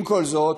עם כל זאת,